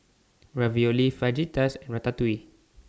Ravioli Fajitas Ratatouille